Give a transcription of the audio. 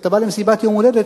כשאתה בא למסיבת יום הולדת,